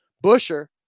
Busher